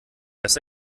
das